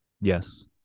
Yes